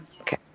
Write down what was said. Okay